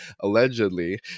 allegedly